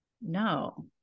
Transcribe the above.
No